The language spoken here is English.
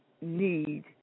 need